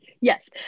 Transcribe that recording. Yes